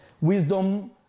wisdom